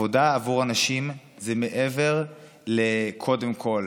עבודה עבור אנשים זה מעבר לקודם כול